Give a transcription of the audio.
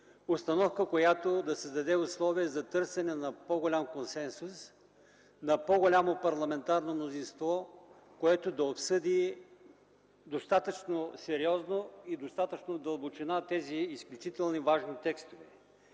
обстановка, която да създаде условия за търсене на по-голям консенсус, на по-голямо парламентарно мнозинство, което да обсъди достатъчно сериозно и достатъчно в дълбочина тези изключително важни текстове.